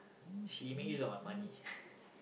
she make use of my money